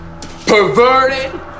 perverted